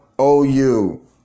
OU